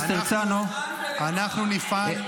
בן נצרת ובני" זה אומר כאלו שנאמנים למדינת ישראל,